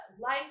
life